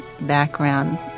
background